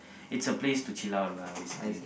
it's a place to chill out lah basically